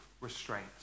restraint